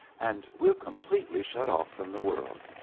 and we're completely shut off from the world.